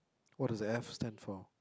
what does the F stand for